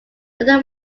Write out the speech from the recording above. under